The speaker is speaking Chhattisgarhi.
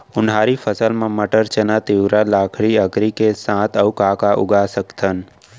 उनहारी फसल मा मटर, चना, तिंवरा, लाखड़ी, अंकरी के साथ अऊ का का उगा सकथन?